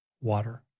water